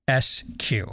SQ